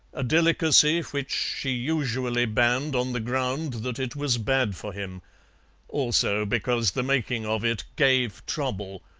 a delicacy which she usually banned on the ground that it was bad for him also because the making of it gave trouble,